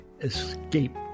escape